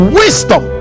wisdom